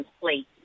plate